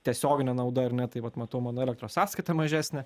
tiesioginė nauda ar ne tai vat matau mano elektros sąskaitą mažesnę